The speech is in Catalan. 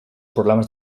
problemes